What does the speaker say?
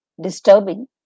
disturbing